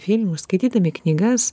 filmus skaitydami knygas